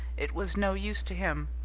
it was no use to him,